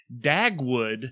dagwood